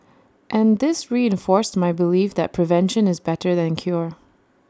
and this reinforced my belief that prevention is better than cure